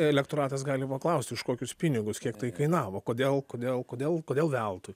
elektoratas gali paklausti už kokius pinigus kiek tai kainavo kodėl kodėl kodėl kodėl veltui